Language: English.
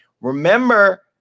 Remember